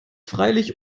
freilich